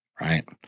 right